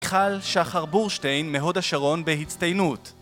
מיכל שחר בורשטיין, מהוד השרון בהצטיינות